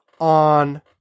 on